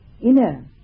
inner